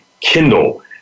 Kindle